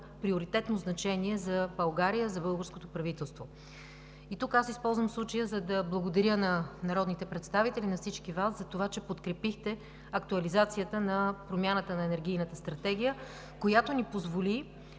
приоритетно значение за България, за българското правителство. Тук използвам случая, за да благодаря на народните представители, на всички Вас за това, че подкрепихте актуализацията на промяната на Енергийната стратегия, която ни позволи